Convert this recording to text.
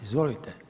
Izvolite.